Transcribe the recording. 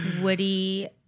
Woody